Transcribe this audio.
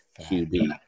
QB